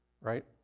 right